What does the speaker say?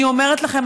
אני אומרת לכם,